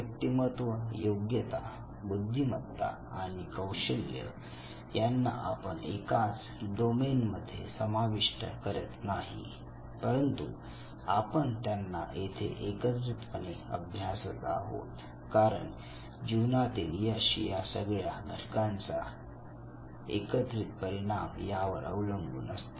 व्यक्तिमत्व योग्यता बुद्धिमत्ता आणि कौशल्य यांना आपण एकाच डोमेन मध्ये समाविष्ट करत नाही परंतु आपण त्यांना येथे एकत्रितपणे अभ्यासत आहोत कारण जीवनातील यश या सगळ्या घटकांच्या एकत्रित परिणाम यांवर अवलंबून असते